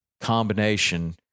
combination